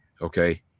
Okay